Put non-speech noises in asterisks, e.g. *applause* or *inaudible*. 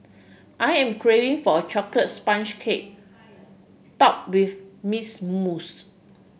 I am craving for a chocolate sponge cake topped with miss *unintelligible*